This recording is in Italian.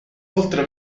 oltre